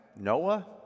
Noah